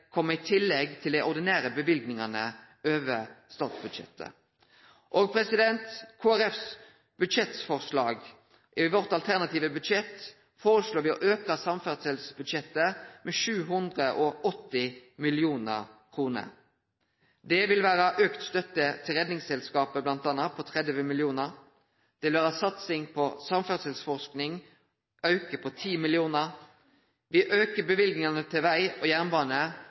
tillegg til dei ordinære løyvingane over statsbudsjettet. Til Kristeleg Folkeparti sitt budsjettforslag: I vårt alternative budsjett foreslår me å auke samferdselsbudsjettet med 780 mill. kr. Det vil vere auka støtte til Redningsselskapet på 30 mill. kr. Det vil vere satsing på samferdselsforsking med 10 mill. kr. Me aukar løyvingane til veg og jernbane